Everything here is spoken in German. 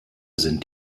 sind